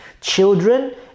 Children